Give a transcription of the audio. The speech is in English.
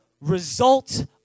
result